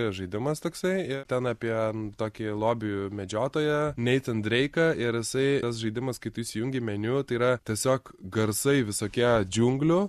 žaidimas toksai ir ten apie tokį lobių medžiotoją neitin dreiką ir jisai tas žaidimas kai tu įsijungi meniu tai yra tiesiog garsai visokie džiunglių